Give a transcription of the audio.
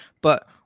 but-